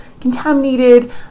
contaminated